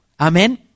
Amen